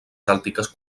cèltiques